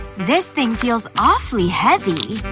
this thing feels awfully heavy.